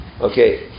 Okay